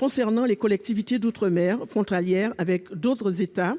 s'agissant des collectivités d'outre-mer frontalières d'autres États